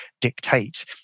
dictate